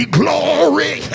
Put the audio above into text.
glory